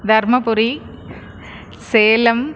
Dharmapuri Salem